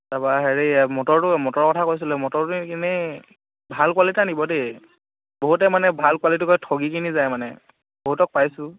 তাৰপৰা হেৰি মটৰটো মটৰৰ কথা কৈছিলে মটৰটো এনেই ভাল কোৱালিটিৰ আনিব দেই বহুতেই মানে ভাল কোৱালিটি কৈ থগি কিনি যায় মানে বহুতক পাইছোঁ